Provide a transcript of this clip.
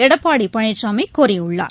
எடப்பாடி பழனிசாமி கூறியுள்ளார்